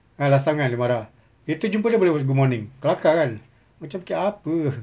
kan last time kan dia marah kita jumpa dia boleh good morning kelakar kan macam fikir apa